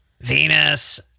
Venus